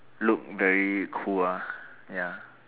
look very cool ah ya